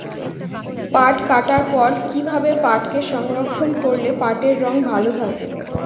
পাট কাটার পর কি ভাবে পাটকে সংরক্ষন করলে পাটের রং ভালো থাকে?